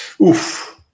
Oof